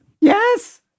Yes